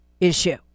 issue